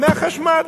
מהחשמל.